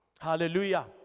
Hallelujah